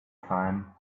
time